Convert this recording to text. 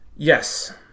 Yes